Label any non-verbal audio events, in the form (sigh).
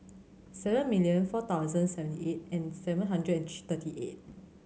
seven million four thousand seventy eight and seven hundred (hesitation) thirty eight